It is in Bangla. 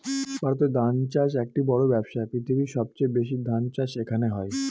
ভারতে ধান চাষ একটি বড়ো ব্যবসা, পৃথিবীর সবচেয়ে বেশি ধান চাষ এখানে হয়